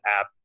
app